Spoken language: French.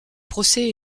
procès